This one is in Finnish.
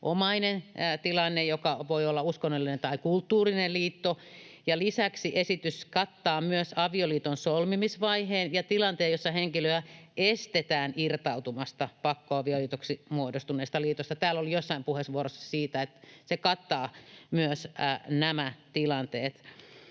tilanne, joka voi olla uskonnollinen tai kulttuurinen liitto. Lisäksi esitys kattaa myös avioliiton solmimisvaiheen ja tilanteen, jossa henkilöä estetään irtautumasta pakkoavioliitoksi muodostuneesta liitosta. Täällä oli jossain puheenvuorossa siitä, ja se kattaa myös nämä tilanteet.